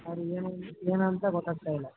ಅದು ಏನು ಏನು ಅಂತ ಗೊತ್ತಾಗ್ತಾಯಿಲ್ಲ